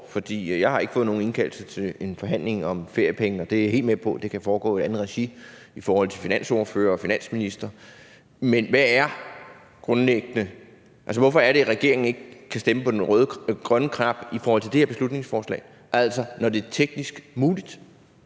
for jeg har ikke fået nogen indkaldelse til en forhandling om feriepenge. Jeg er helt med på, at det kan foregå i andet regi i forhold til finansordførere og finansministeren, men hvorfor er det, at regeringen ikke kan trykke på den grønne knap, altså når det er teknisk muligt